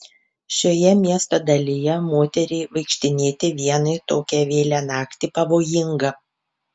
šioje miesto dalyje moteriai vaikštinėti vienai tokią vėlią naktį pavojinga